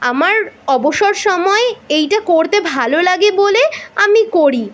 আমার অবসর সময় এটা করতে ভালো লাগে বলে আমি করি